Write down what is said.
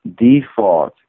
default